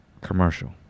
Commercial